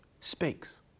speaks